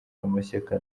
amashyaka